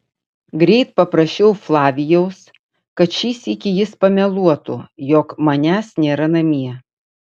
greit paprašiau flavijaus kad šį sykį jis pameluotų jog manęs nėra namie